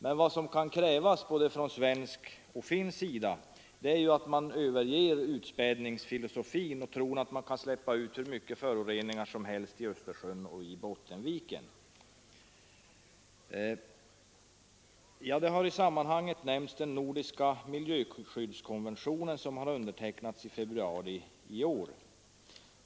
Men vad som kan krävas både från svensk och finsk sida är att man överger den utredningsfilosofi som innebär att man tror att man kan släppa ut hur mycket föroreningar som helst i Östersjön och Bottenviken. I sammanhanget har nämnts den nordiska miljöskyddskonventionen, som undertecknades i februari i år.